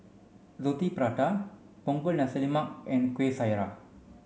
Roti Prata Punggol Nasi Lemak and Kueh Syara